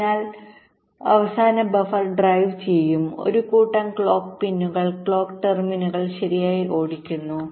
അതിനാൽ അവസാന buffer drive ചെയ്യും ഒരു കൂട്ടം ക്ലോക്ക് പിൻകൾ ക്ലോക്ക് ടെർമിനലുകൾ ശരിയായി ഓടിക്കുന്നു